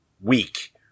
week